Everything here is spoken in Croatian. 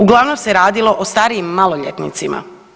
Uglavnom se radilo o starijim maloljetnicima.